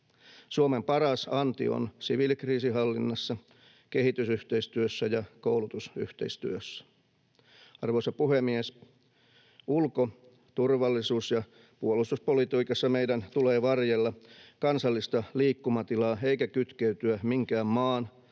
Suomen paras anti on siviilikriisinhallinnassa, kehitysyhteistyössä ja koulutusyhteistyössä. Arvoisa puhemies! Ulko-, turvallisuus- ja puolustuspolitiikassa meidän tulee varjella kansallista liikkumatilaa eikä kytkeytyä minkään maan,